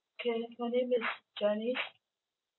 K my name is janice